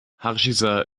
hargeysa